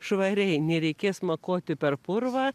švariai nereikės makoti per purvą